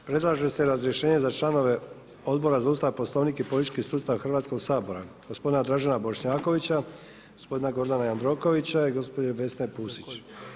Predlaže se razrješenje za članove Odbora za Ustav, Poslovnik i politički sustav Hrvatskog sabora gospodina Dražena Bošnjakovića, gospodina Gordana Jandrokovića i gospođu Vesnu Pusić.